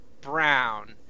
Brown